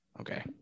okay